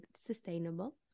sustainable